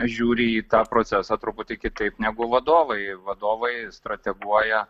žiūri į tą procesą truputį kitaip negu vadovai vadovai strateguoja